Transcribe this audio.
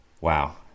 wow